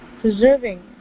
preserving